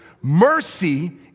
Mercy